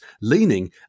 leaning